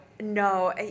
no